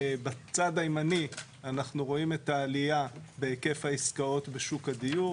בצד הימני אנחנו רואים את העלייה בהיקף העסקאות בשוק הדיור,